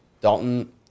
Dalton